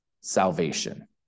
salvation